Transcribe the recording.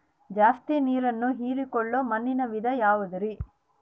ಜಾಸ್ತಿ ನೇರನ್ನ ಹೇರಿಕೊಳ್ಳೊ ಮಣ್ಣಿನ ವಿಧ ಯಾವುದುರಿ?